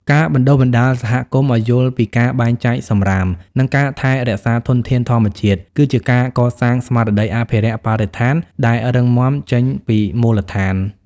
ការបណ្ដុះបណ្ដាលសហគមន៍ឱ្យយល់ពីការបែងចែកសម្រាម និងការថែរក្សាធនធានធម្មជាតិ គឺជាការកសាងស្មារតីអភិរក្សបរិស្ថានដែលរឹងមាំចេញពីមូលដ្ឋាន។